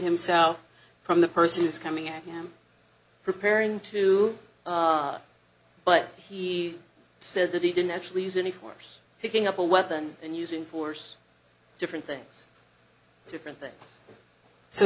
himself from the person who's coming at him preparing to but he said that he didn't actually use any force picking up a weapon and using force different things different things so